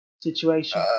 situation